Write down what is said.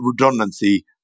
redundancy